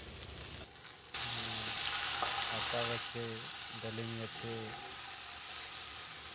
ᱱᱚᱣᱟ ᱟᱛᱟ ᱜᱟᱪᱷᱮ ᱰᱟᱞᱤᱢ ᱜᱟᱪᱷᱮ